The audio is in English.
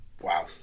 Wow